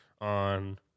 on